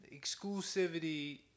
exclusivity